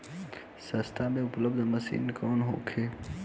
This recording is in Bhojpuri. सस्ता में उपलब्ध मशीन कौन होखे?